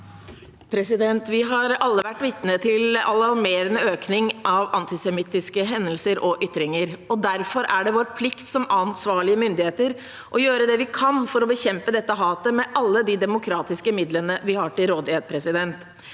Vi har alle vært vitne til en alarmerende økning av antisemittiske hendelser og ytringer. Derfor er det vår plikt som ansvarlige myndigheter å gjøre det vi kan for å bekjempe dette hatet, med alle de demokratiske midlene vi har til rådighet. Regjeringen